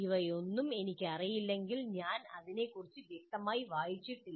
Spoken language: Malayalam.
ഇവയൊന്നും എനിക്കറിയില്ലെങ്കിൽ ഞാൻ അതിനെക്കുറിച്ച് വ്യക്തമായി വായിച്ചിട്ടില്ല